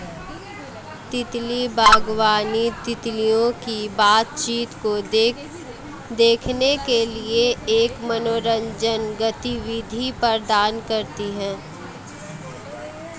तितली बागवानी, तितलियों की बातचीत को देखने के लिए एक मनोरंजक गतिविधि प्रदान करती है